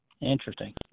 Interesting